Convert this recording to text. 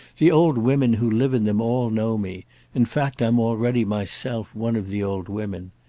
the old women who live in them all know me in fact i'm already myself one of the old women.